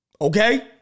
Okay